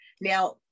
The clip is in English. Now